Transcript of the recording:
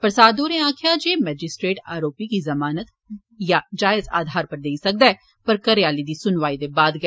प्रसाद होरें आक्खेआ जे मैजिस्ट्रेट आरोपी गी जमानत जायज आधार पर देई सकदा ऐ पर घरै आली दी सुनवाई दे बाद गै